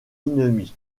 ennemi